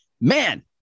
Man